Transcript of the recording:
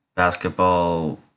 Basketball